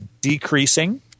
decreasing